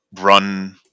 run